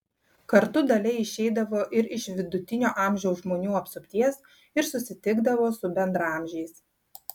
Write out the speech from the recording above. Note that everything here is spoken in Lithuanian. kartu dalia išeidavo ir iš vidutinio amžiaus žmonių apsupties ir susitikdavo su bendraamžiais